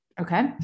Okay